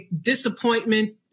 disappointment